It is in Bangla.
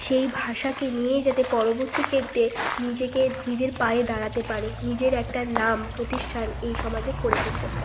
সেই ভাষাকে নিয়ে যাতে পরবর্তী ক্ষেত্রে নিজেকে নিজের পায়ে দাঁড়াতে পারে নিজের একটা নাম প্রতিষ্ঠান এই সমাজে করে তুলতে পারে